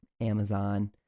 Amazon